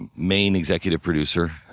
and main executive producer,